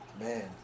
Man